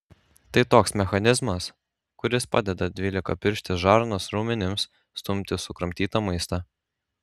tai toks mechanizmas kuris padeda dvylikapirštės žarnos raumenims stumti sukramtytą maistą